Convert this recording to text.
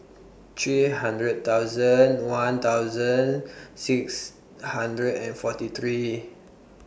three hundred thousand one thousand six hundred and forty three